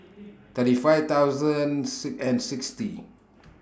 thirty five thousand and sixty